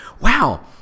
wow